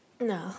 No